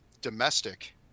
domestic